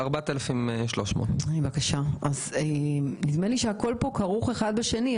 4,300. נדמה לי שהכול פה כרוך אחד בשני.